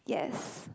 yes